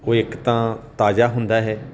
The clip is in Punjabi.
ਉਹ ਇੱਕ ਤਾਂ ਤਾਜ਼ਾ ਹੁੰਦਾ ਹੈ